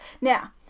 Now